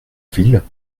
ville